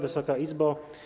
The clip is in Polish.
Wysoka Izbo!